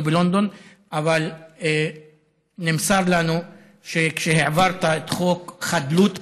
בלונדון אבל נמסר לנו שכשהעברת את חוק חדלות פירעון,